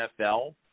NFL